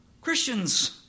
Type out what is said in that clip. Christians